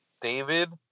David